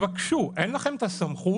תבקשו, אין לכם את הסמכות.